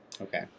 Okay